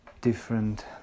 different